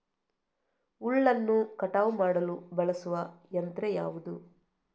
ಹುಲ್ಲನ್ನು ಕಟಾವು ಮಾಡಲು ಬಳಸುವ ಯಂತ್ರ ಯಾವುದು?